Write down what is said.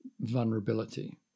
vulnerability